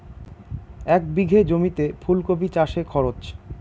এক বিঘে জমিতে ফুলকপি চাষে খরচ?